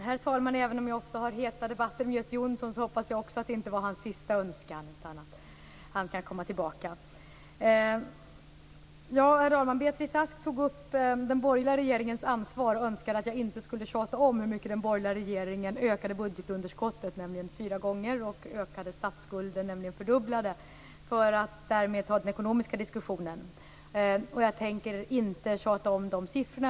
Herr talman! Även om jag ofta har heta debatter med Göte Jonsson hoppas jag också att det inte var hans sista önskan utan att han kommer tillbaka. Beatrice Ask tog upp den borgerliga regeringens ansvar och önskade att jag inte skulle tjata om hur mycket den borgerliga regeringen ökade budgetunderskottet, nämligen fyra gånger, och hur mycket den ökade statsskulden, nämligen två gånger. Jag tänker inte tjata om de siffrorna.